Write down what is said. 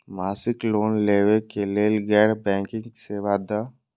मासिक लोन लैवा कै लैल गैर बैंकिंग सेवा द?